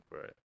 right